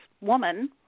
woman